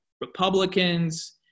Republicans